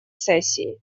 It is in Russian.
сессии